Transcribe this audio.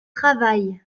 travail